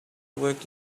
wake